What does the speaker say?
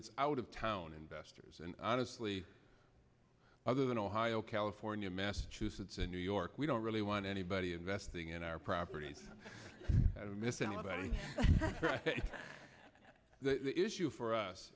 it's out of town investors and honestly other than ohio california massachusetts and new york we don't really want anybody investing in our property the issue for us